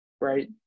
Right